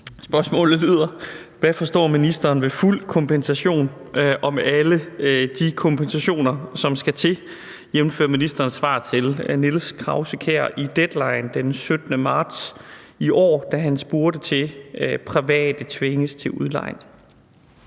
Spørgsmålet lyder: Hvad forstår ministeren ved »fuld kompensation« og »med alle de kompensationer, som skal til«, jf. ministerens svar til Niels Krause-Kjær i Deadline den 17. marts 2021, da han blev spurgt til, at private tvinges til udlejning?